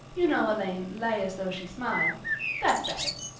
you know elaine lay as though she smiled that's better.